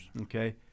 Okay